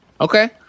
Okay